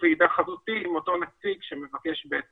ועידה חזותית עם אותו נציג שמבקש את ההרשאה.